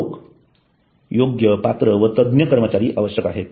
लोक योग्य पात्र व तज्ञ कर्मचारी आवश्यक आहेत